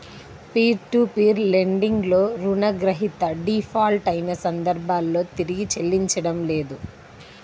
peer to peer lending లో రుణగ్రహీత default అయిన సందర్భంలో తిరిగి చెల్లించడం లేదు